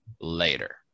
later